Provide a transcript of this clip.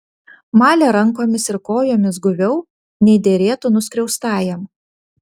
malė rankomis ir kojomis guviau nei derėtų nuskriaustajam